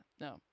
no